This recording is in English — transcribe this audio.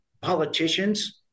politicians